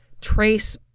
trace